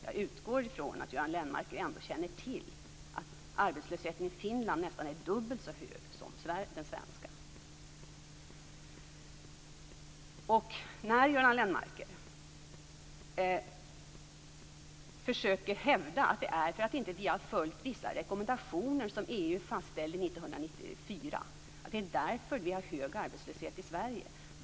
Jag utgår ifrån att Göran Lennmarker ändå känner till att arbetslösheten i Finland är nästan dubbelt så hög som i Sverige. Göran Lennmarker försöker hävda att vi har hög arbetslöshet i Sverige därför att vi inte följt vissa rekommendationer som EU fastställde 1994. Vad är det för nonsens?